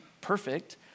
perfect